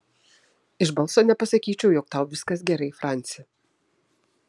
iš balso nepasakyčiau jog tau viskas gerai franci